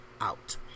out